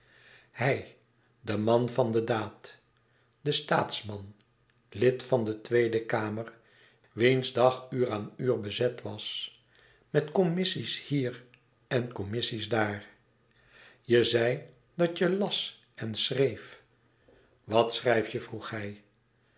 hij de man van den daad de staatsman lid van de tweede kamer wiens dag uur aan uur bezet was met commissies hier en commissies daar je zei dat je las en schreef wat schrijf je vroeg hij